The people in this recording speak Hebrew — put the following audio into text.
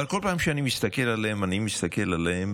אבל כל פעם שאני מסתכל עליהם, אני מסתכל עליהם